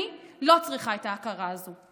אני לא צריכה את ההכרה הזאת.